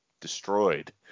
destroyed